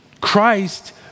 Christ